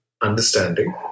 understanding